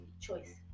choice